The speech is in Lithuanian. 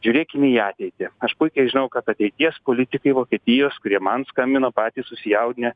žiūrėkime į ateitį aš puikiai žinau kad ateities politikai vokietijos kurie man skambino patys susijaudinę